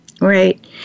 right